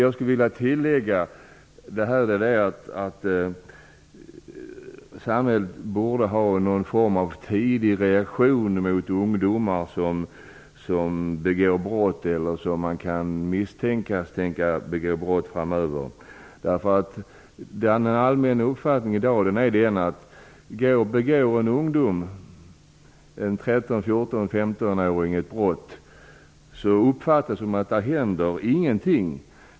Jag skulle dock vilja tillägga att samhället borde ha någon form av tidig reaktion mot ungdomar som begår brott eller som kan misstänkas komma att begå brott framöver. Den allmänna uppfattningen i dag är att om en 13--15-åring begår ett brott händer ingenting.